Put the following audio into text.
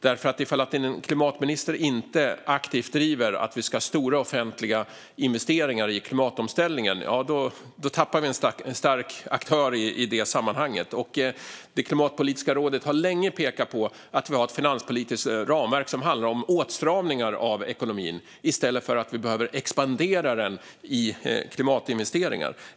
Om en klimatminister inte aktivt driver att vi ska ha stora offentliga investeringar i klimatomställningen tappar vi nämligen en stark aktör i detta sammanhang. Klimatpolitiska rådet har länge pekat på att vi har ett finanspolitiskt ramverk som handlar om åtstramningar av ekonomin i stället för att handla om att vi behöver expandera ekonomin i fråga om klimatinvesteringar.